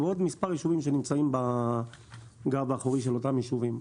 ועוד מספר יישובים שנמצאים בגב האחורי של אותם יישובים.